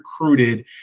recruited